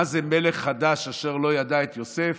מה זה מלך חדש אשר לא ידע את יוסף?